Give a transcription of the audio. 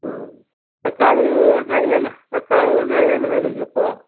ம் தக்காளி வெங்காயலம்னா தக்காளி வெங்காயம் என்ன வெலைங்க இப்போது